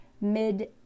mid